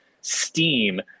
steam